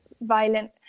violent